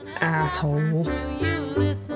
Asshole